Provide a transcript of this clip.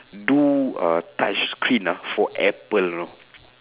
do uh touchscreen ah for apple you know